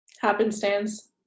happenstance